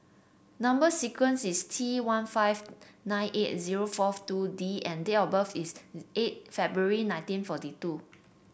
number sequence is T one five nine eight zero four two D and date of birth is eight February nineteen forty two